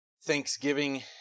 thanksgiving